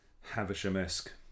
Havisham-esque